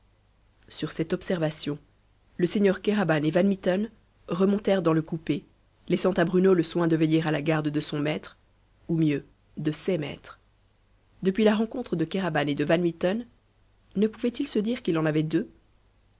sur cette observation le seigneur kéraban et van mitten remontèrent dans le coupé laissant à bruno le soin de veiller à la garde de son maître ou mieux de ses maîtres depuis la rencontre de kéraban et de van mitten ne pouvait-il se dire qu'il en avait deux